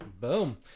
Boom